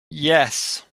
yes